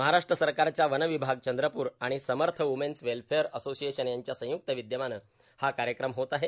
महाराष्ट्र सरकारच्या वन विभाग चंद्रपूर आणि समर्थ वूमेन्स वेल्फेअर असोसिएशन यांच्या संयुक्त विद्यमानं हा कार्यक्रम होत आहे